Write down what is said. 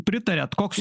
pritariat koks